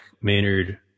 Maynard